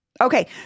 Okay